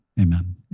Amen